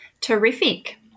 Terrific